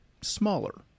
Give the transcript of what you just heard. smaller